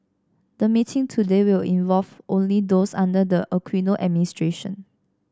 the meeting today will involve only those under the Aquino administration